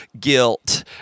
guilt